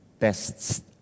tests